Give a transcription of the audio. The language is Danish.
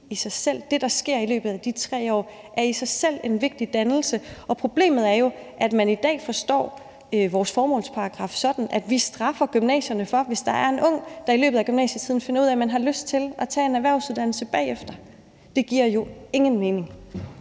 Det, der sker i løbet af de 3 år, er i sig selv en vigtig dannelse, og problemet er jo, at man i dag forstår vores formålsparagraf sådan, at vi straffer gymnasierne for det, hvis der er en ung, der i løbet af gymnasietiden finder ud af, at vedkommende har lyst til at tage en erhvervsuddannelse bagefter. Det giver jo ingen mening.